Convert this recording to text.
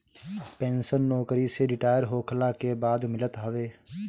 pension नोकरी से retire होखला के बाद मिलत हवे